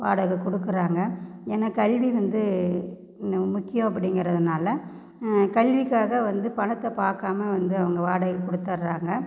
வாடகை கொடுக்கறாங்க ஏன்னால் கல்வி வந்து நு முக்கியம் அப்படிங்கிறதுனால கல்விக்காக வந்து பணத்தை பார்க்காம வந்து அவங்க வாடகை கொடுத்துட்றாங்க